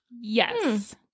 Yes